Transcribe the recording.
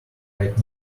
right